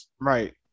right